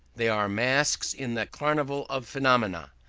they are masks in the carnival of phenomena,